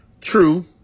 true